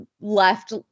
left